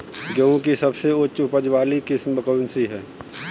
गेहूँ की सबसे उच्च उपज बाली किस्म कौनसी है?